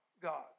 God